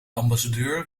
ambassadeur